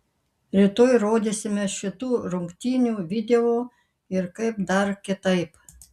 rytoj rodysime šitų rungtynių video ir kaip dar kitaip